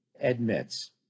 admits